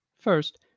First